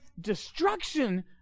destruction